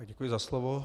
Děkuji za slovo.